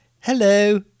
Hello